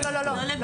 לא.